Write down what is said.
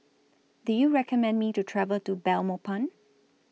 Do YOU recommend Me to travel to Belmopan